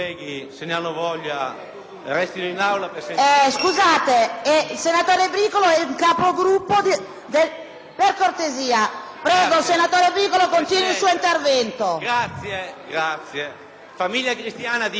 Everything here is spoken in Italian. Per cortesia. Prego, senatore Bricolo, continui il suo intervento. BRICOLO *(LNP)*. «Famiglia Cristiana» scrive in questo articolo che siamo alle leggi razziali.